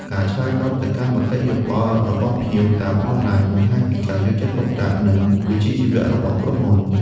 ការឆ្លើយតបទៅកាន់មតិយោបល់របស់ភ្ញៀវតាមអនឡាញបង្ហាញពីការយកចិត្តទុកដាក់និងវិជ្ជាជីវៈរបស់ក្រុមហ៊ុន។